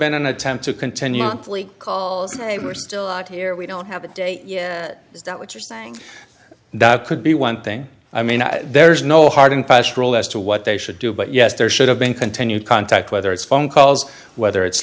been an attempt to continue on plea they were still out here we don't have a date yet is that what you're saying that could be one thing i mean there's no hard and fast rule as to what they should do but yes there should have been continued contact whether it's phone calls whether it's